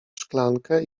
szklankę